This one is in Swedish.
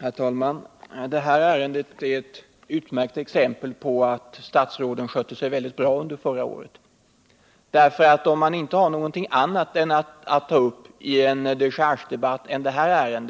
Herr talman! Detta ärende är ett utmärkt exempel på att statsråden skötte sig mycket bra under förra året. Om man inte har något annat ärende än detta att ta upp i en dechargedebatt, har man